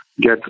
get